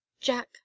jack